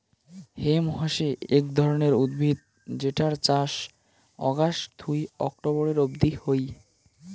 hemp হসে এক ধরণের উদ্ভিদ যেটার চাষ অগাস্ট থুই অক্টোবরের অব্দি হই